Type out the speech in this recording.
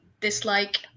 dislike